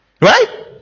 right